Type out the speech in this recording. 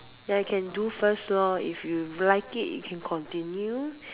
ya you can do first loh if you like it if you continue